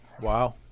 Wow